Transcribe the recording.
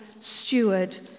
steward